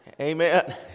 Amen